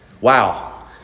Wow